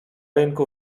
rynku